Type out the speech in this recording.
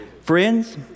Friends